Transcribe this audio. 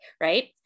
right